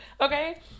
okay